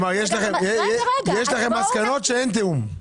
כלומר, יש לכם מסקנות שאין תיאום.